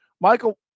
michael